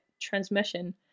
Transmission